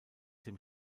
dem